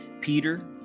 Peter